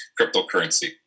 cryptocurrency